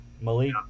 Malik